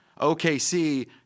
OKC –